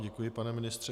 Děkuji vám, pane ministře.